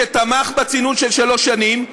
שתמך בצינון של שלוש שנים.